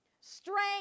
strength